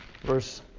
Verse